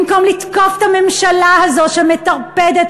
במקום לתקוף את הממשלה הזאת שמטרפדת,